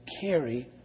carry